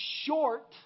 short